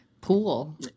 pool